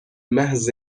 محض